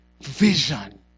vision